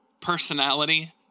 personality